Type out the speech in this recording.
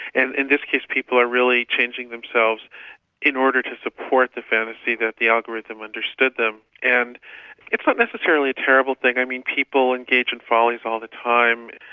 and in this case, people are really changing themselves in order to support the fantasy that the algorithm understood them, and it's not necessarily a terrible thing. i mean people engage in follies all the time.